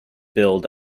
billed